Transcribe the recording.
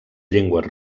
llengües